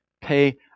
pay